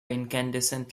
incandescent